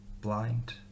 Blind